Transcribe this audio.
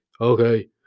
Okay